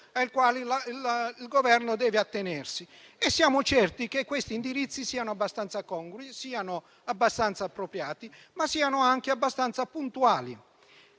ai quali il Governo deve attenersi e siamo certi che questi indirizzi siano abbastanza congrui e appropriati, ma che siano anche abbastanza puntuali.